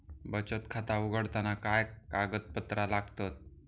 बचत खाता उघडताना काय कागदपत्रा लागतत?